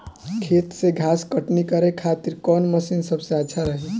खेत से घास कटनी करे खातिर कौन मशीन सबसे अच्छा रही?